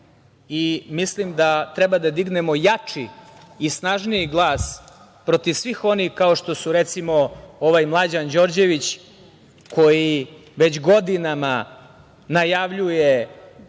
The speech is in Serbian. i mislim da treba da dignemo jači i snažniji glas protiv svih onih, kao što su recimo ovaj Mlađan Đorđević koji već godinama najavljuje